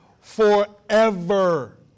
forever